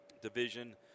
Division